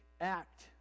Act